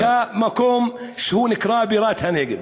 כמקום שנקרא בירת הנגב.